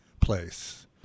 place